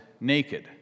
naked